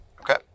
Okay